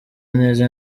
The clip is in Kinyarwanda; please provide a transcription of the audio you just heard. neza